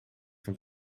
van